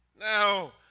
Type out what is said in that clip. Now